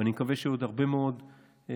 ואני מקווה שיהיו עוד הרבה מאוד מעצרים